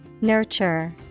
Nurture